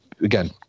again